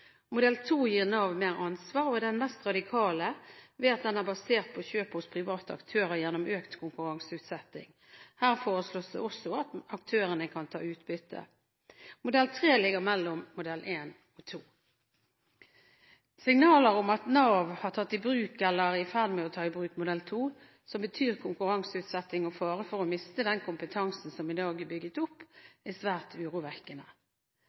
Modell 2 gir Nav mer ansvar og er den mest radikale, ved at den er basert på kjøp hos private aktører gjennom økt konkurranseutsetting. Her foreslås det også at aktørene kan ta utbytte. Modell 3 ligger mellom modell 1 og 2. Signaler om at Nav har tatt i bruk eller er i ferd med å ta i bruk modell 2, som betyr konkurranseutsetting og fare for å miste den kompetansen som i dag er bygget opp, er svært urovekkende.